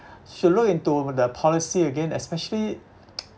should look into the policy again especially